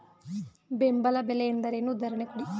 ಬೆಂಬಲ ಬೆಲೆ ಎಂದರೇನು, ಉದಾಹರಣೆ ಕೊಡಿ?